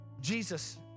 Jesus